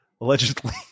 allegedly